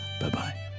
bye-bye